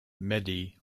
mehdi